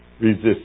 resist